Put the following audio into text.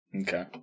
Okay